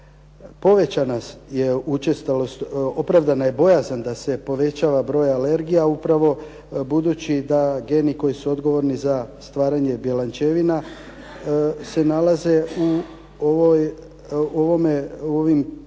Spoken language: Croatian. opravdana je bojazan da se povećava broj alergija upravo budući da geni koji su odgovorni za stvaranje bjelančevina se nalaze u ovim